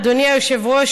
אדוני היושב-ראש,